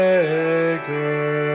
Maker